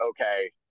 okay